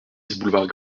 vingt